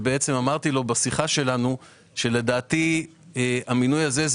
אמרתי לו בשיחה שלנו שלדעתי המינוי הזה הוא